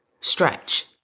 stretch